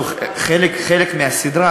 כחלק מהסדרה,